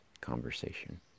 conversation